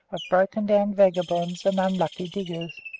of broken-down vagabonds, and unlucky diggers.